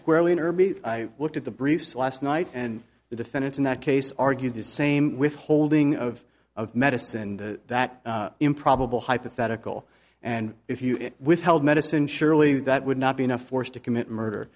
squarely in irby i looked at the briefs last night and the defendants in that case argued the same withholding of of medicine and that improbable hypothetical and if you withheld medicine surely that would not be enough force to commit murder